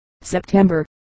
September